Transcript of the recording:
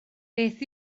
beth